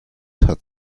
hat